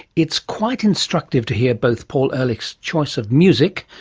it's quite instructive to hear both paul erhlich's choice of music,